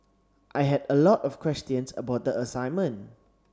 I had a lot of questions about the assignment